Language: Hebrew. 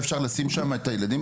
ואפשר לשים שם את הילדים,